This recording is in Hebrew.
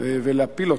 ולהפיל אותה,